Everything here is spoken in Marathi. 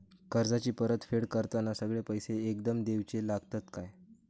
कर्जाची परत फेड करताना सगळे पैसे एकदम देवचे लागतत काय?